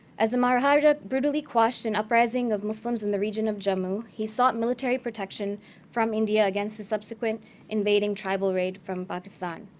as the majarajah brutally quashed an uprising of muslims in the region of jammu, he sought military protection from india against the subsequent invading tribal raid from pakistan.